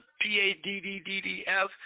P-A-D-D-D-D-F